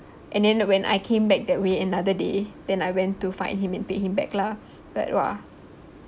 and then when I came back that way another day then I went to find him and pay him back lah like !wah!